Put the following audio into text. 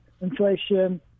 inflation